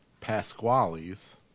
Pasquale's